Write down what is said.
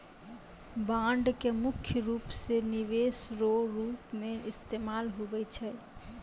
bond के मुख्य रूप से निवेश रो रूप मे इस्तेमाल हुवै छै